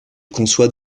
conçoit